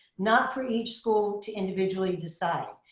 not for each school to individually decide.